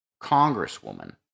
Congresswoman